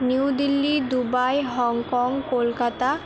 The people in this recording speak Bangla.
new Delhi Dubai Hong Kong Kolkata